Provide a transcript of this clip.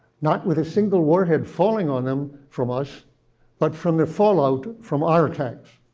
not with a single warhead falling on them from us but from the fallout from our attacks,